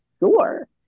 sure